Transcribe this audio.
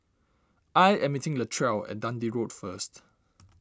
I am meeting Latrell at Dundee Road first